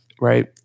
Right